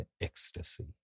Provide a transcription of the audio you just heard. ecstasy